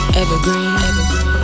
evergreen